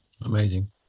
amazing